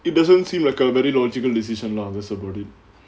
it doesn't seem like a very logical decision lah that's about it